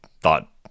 thought